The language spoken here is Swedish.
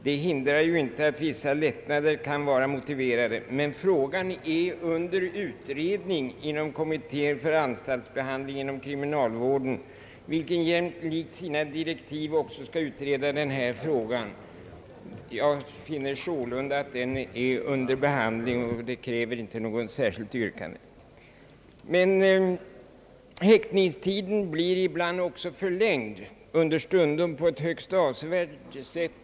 Det hindrar ju inte att vissa lättnader kan vara motiverade, men frågan är under utredning inom kommittén för anstaltsbehandling inom kriminalvården, vilken jämlikt sina direktiv skall utreda också den frågan. Jag finner sålunda att den är under behandling, och det kräver inte något särskilt yrkande. Häktningstiden blir emellertid ibland också förlängd, understundom högst avsevärt.